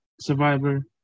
survivor